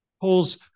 Paul's